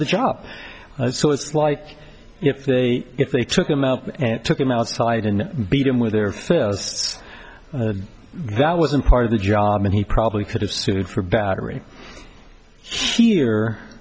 the job so it's like if they if they took him out and took him outside and beat him with their fists that wasn't part of the job and he probably could have sued for battery here